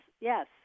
yes